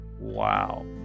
wow